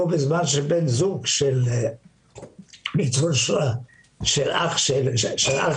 בזמן שבן זוג של ניצול שואה אח שלנו